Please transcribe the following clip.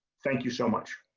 thank you so much.